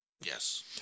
yes